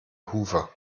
hufe